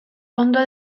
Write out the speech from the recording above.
ondo